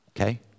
Okay